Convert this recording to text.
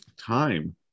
time